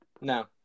No